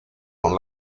con